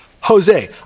Jose